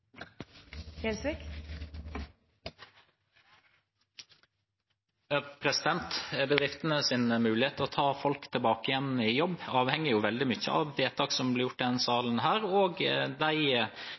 mulighet til å ta folk tilbake i jobb avhenger veldig mye av vedtak som blir gjort i